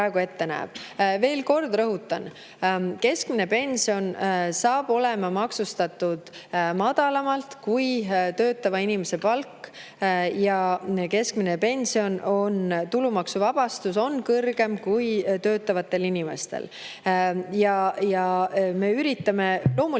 Veel kord rõhutan: keskmine pension saab olema maksustatud madalamalt kui töötava inimese palk. Keskmise pensioni tulumaksuvabastuse piir on kõrgem kui töötavatel inimestel. Loomulikult,